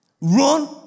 run